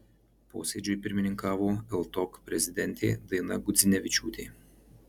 posėdžiui pirmininkavo ltok prezidentė daina gudzinevičiūtė